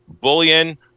bullion